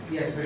Yes